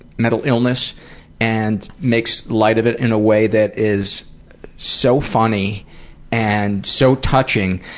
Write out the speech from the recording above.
mental illness and makes light of it in a way that is so funny and so touching.